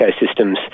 ecosystems